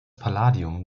palladium